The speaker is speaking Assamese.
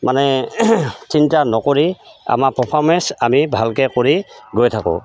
মানে চিন্তা নকৰি আমাৰ পাৰফমেঞ্চ আমি ভালকৈ কৰি গৈ থাকোঁ